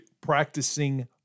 practicing